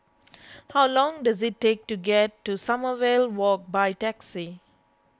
how long does it take to get to Sommerville Walk by taxi